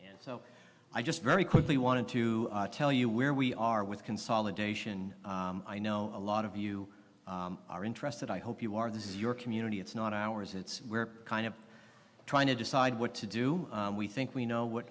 so i just very quickly wanted to tell you where we are with consolidation i know a lot of you are interested i hope you are this is your community it's not ours it's we're kind of trying to decide what to do we think we know what